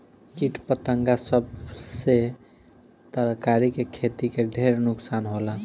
किट पतंगा सब से तरकारी के खेती के ढेर नुकसान होला